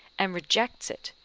and rejects it,